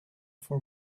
for